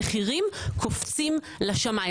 המחירים קופצים לשמיים,